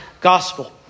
gospel